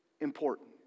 important